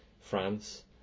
France